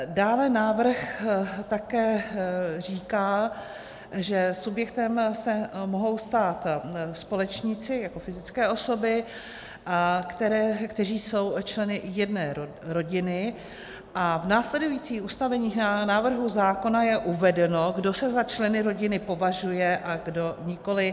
Dále návrh také říká, že subjektem se mohou stát společníci jako fyzické osoby, kteří jsou členy jedné rodiny, a v následujících ustanoveních návrhu zákona je uvedeno, kdo se za členy rodiny považuje a kdo nikoli.